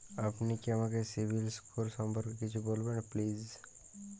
আপনি কি আমাকে সিবিল স্কোর সম্পর্কে কিছু বলবেন প্লিজ?